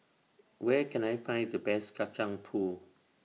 Where Can I Find The Best Kacang Pool